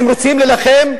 אם רוצים להילחם,